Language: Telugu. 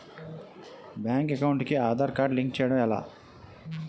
బ్యాంక్ అకౌంట్ కి ఆధార్ కార్డ్ లింక్ చేయడం ఎలా?